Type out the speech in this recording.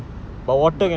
so now is like that lah